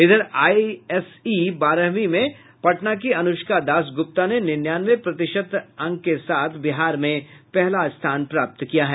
इधर आईएससी बारहवीं में पटना की अनुष्का दास गुप्ता ने निन्यानबे प्रतिशत अंक के साथ बिहार में पहला स्थान प्राप्त किया है